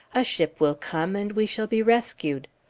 a ship will come, and we shall be rescued.